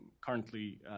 currently –